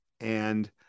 And-